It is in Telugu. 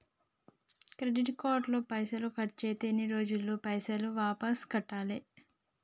క్రెడిట్ కార్డు లో పైసల్ ఖర్చయితే ఎన్ని రోజులల్ల పైసల్ వాపస్ కట్టాలే?